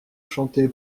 chanté